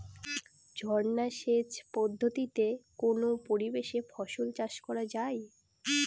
ঝর্না সেচ পদ্ধতিতে কোন পরিবেশে ফসল চাষ করা যায়?